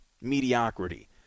mediocrity